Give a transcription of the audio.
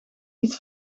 iets